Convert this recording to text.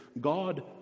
God